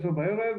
עשר בערב,